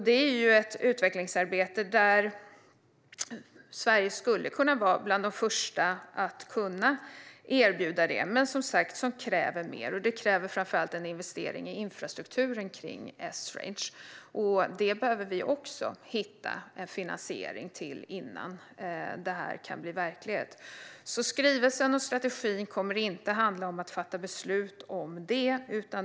Det är ett utvecklingsarbete där Sverige skulle kunna vara bland de första att erbjuda detta, men det kräver som sagt mer. Det kräver framför allt en investering i infrastrukturen för Esrange. Vi behöver också hitta en finansiering för det hela innan det kan bli verklighet. Skrivelsen och strategin kommer alltså inte att handla om att fatta beslut om det här.